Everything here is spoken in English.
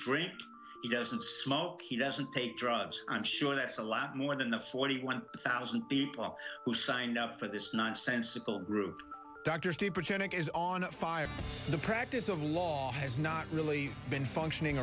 drink he doesn't smoke he doesn't take drugs i'm sure that's a lot more than the forty one thousand people who signed up for this nonsensical group doctors the present is on fire the practice of law has not really been functioning